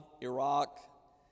Iraq